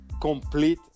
complete